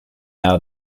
now